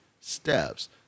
steps